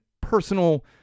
personal